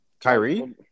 Kyrie